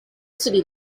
city